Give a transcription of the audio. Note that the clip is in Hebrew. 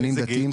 דתיים,